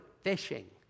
fishing